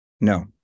no